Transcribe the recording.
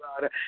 God